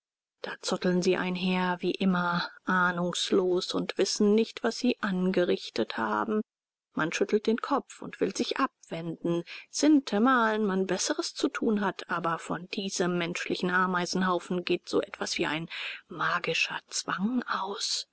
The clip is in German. da zotteln sie einher wie immer ahnungslos und wissen nicht was sie angerichtet haben man schüttelt den kopf und will sich abwenden sintemalen man besseres zu tun hat aber von diesem menschlichen ameisenhaufen geht so etwas wie ein magischer zwang aus